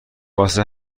واسه